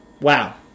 wow